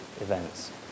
events